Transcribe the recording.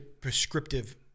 prescriptive